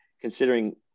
Considering